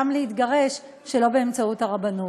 גם להתגרש שלא באמצעות הרבנות.